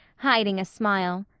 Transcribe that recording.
hiding a smile.